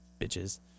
Bitches